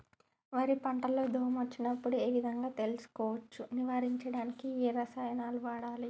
వరి పంట లో దోమ వచ్చినప్పుడు ఏ విధంగా తెలుసుకోవచ్చు? నివారించడానికి ఏ రసాయనాలు వాడాలి?